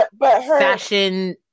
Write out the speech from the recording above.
fashion